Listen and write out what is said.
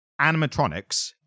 animatronics